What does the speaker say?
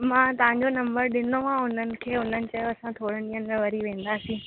मां तव्हांजो नंबर ॾिनो आहे उन्हनि खे उन्हनि चयो असां थोड़नि ॾींहनि खां वरी वेंदासीं